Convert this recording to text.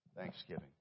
Thanksgiving